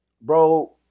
bro